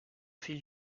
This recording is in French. fil